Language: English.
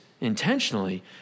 intentionally